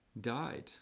died